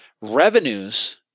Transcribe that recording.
revenues